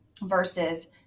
versus